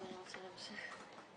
אני רוצה להמשיך.